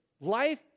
life